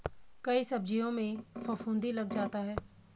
कई सब्जियों में फफूंदी लग जाता है